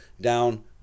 down